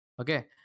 okay